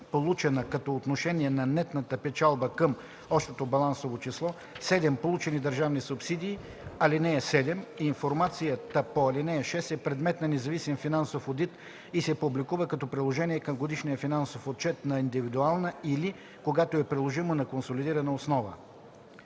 получена като отношение на нетната печалба към общото балансово число; 7. получени държавни субсидии. (7) Информацията по ал. 6 е предмет на независим финансов одит и се публикува като приложение към годишния финансов отчет на индивидуална или, когато е приложимо, на консолидирана основа.”